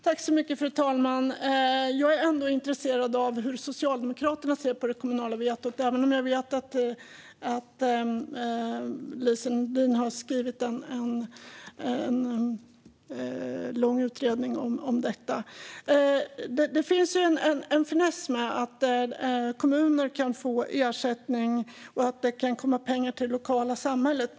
Fru talman! Jag är intresserad av hur Socialdemokraterna ser på det kommunala vetot, även om jag vet att Lise Nordin har skrivit en lång utredning om detta. Det finns en finess med att kommuner kan få ersättning och att det kan komma pengar till det lokala samhället.